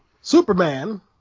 Superman